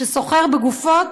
שסוחר בגופות,